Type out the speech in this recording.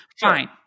Fine